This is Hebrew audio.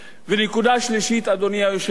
ונקודה שלישית, אדוני היושב-ראש,